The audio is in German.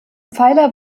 pfeiler